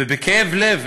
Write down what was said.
ובכאב לב.